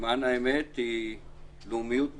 למען האמת, היא לאומיות ביטחונית.